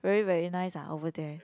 very very nice ah over there